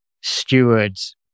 stewards